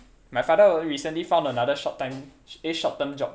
my father recently found another short time eh short term job